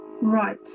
Right